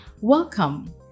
Welcome